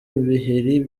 ibiheri